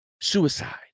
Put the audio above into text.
Suicide